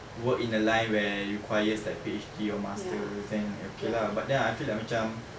work in a line where requires like P_H_D or masters then okay lah but then I feel like macam